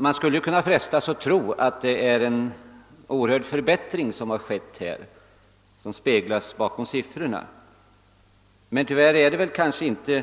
Man skulle kunna frestas att tro att dessa siffror speglar en oerhörd förbättring, men tyvärr har ökningen inte